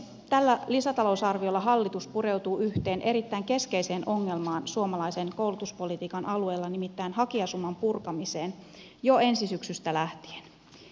tällä lisätalousarviolla hallitus pureutuu yhteen erittäin keskeiseen ongelmaan suomalaisen koulutuspolitiikan alueella nimittäin hakijasuman purkamiseen jo ensi syksystä lähtien